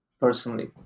personally